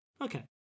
Okay